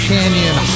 Canyon